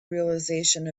realization